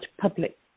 public